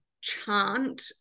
chant